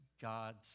God's